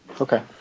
Okay